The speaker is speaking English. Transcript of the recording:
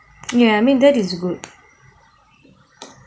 ya I mean that is good